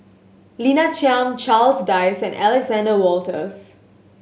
Lina Chiam Charles Dyce and Alexander Wolters